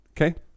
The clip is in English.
Okay